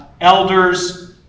elders